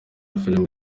filime